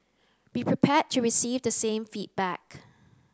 be prepared to receive the same feedback